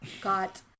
Got